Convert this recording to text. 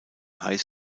high